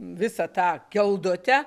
visą tą keldutę